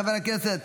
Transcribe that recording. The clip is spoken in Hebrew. חברי הכנסת,